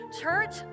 Church